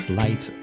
light